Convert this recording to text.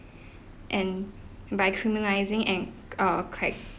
and by criminalising and err chr~